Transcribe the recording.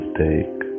take